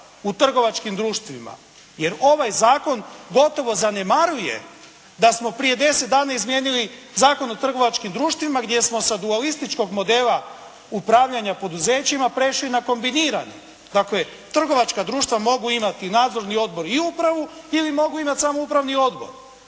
u trgovačkim društvima. Jer ovaj zakon gotovo zanemaruje da smo prije 10 dana izmijenili Zakon o trgovačkim društvima gdje smo sa dualističkog modela upravljanja poduzećima prešli na kombinirane. Dakle trgovačka društva mogu imati nadzorni odbor i upravu ili mogu imati samo upravni odbor.